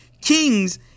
Kings